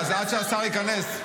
עד שהשר ייכנס,